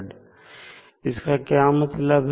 अब इसका क्या मतलब है